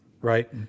right